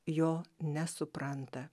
jo nesupranta